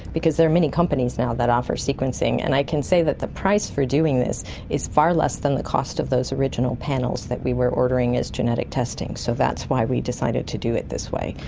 because there are many companies now that offer sequencing, and i can say that the price for doing this is far less than the cost of those original panels that we were ordering as genetic testing, so that's why we decided to do it this way.